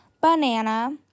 banana